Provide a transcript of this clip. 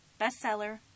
Bestseller